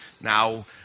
Now